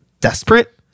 desperate